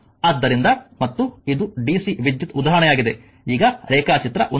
ಆದ್ದರಿಂದ ಮತ್ತು ಇದು ಡಿಸಿ ವಿದ್ಯುತ್ ಉದಾಹರಣೆಯಾಗಿದೆ ಈಗ ರೇಖಾಚಿತ್ರ 1